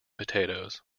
potatoes